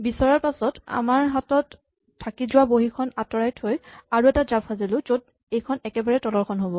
বিচৰাৰ পাছত আমাৰ হাতত থাকি যোৱা বহীখন আঁতৰাই থৈ আৰু এটা জাপ সাজিলোঁ য'ত এইখন একেবাৰে তলৰখন হ'ব